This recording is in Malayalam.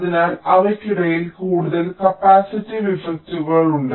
അതിനാൽ അവയ്ക്കിടയിൽ കൂടുതൽ കപ്പാസിറ്റീവ് ഇഫക്റ്റുകൾ ഉണ്ട്